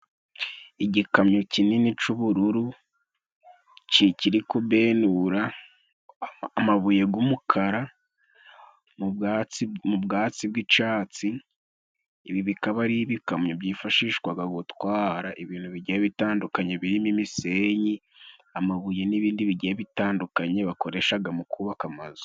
Igikamyo kinini c'ubururu kikiri ku benura amabuye g'umukara mu bwatsi mu bwatsi bw'icatsi, ibi bikaba ari ibikamyo byifashishwaga gutwara ibintu bigiye bitandukanye birimo imisenyi, amabuye n'ibindi bigiye bitandukanye bakoreshaga mu kubaka amazu.